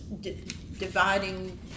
dividing